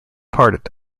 parted